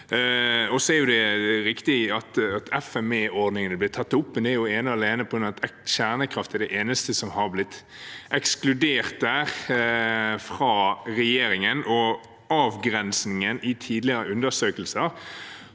FME-ordningen er blitt tatt opp, men det er jo ene og alene på grunn av at kjernekraft er det eneste som har blitt ekskludert der fra regjeringen, og avgrensningen i tidligere undersøkelser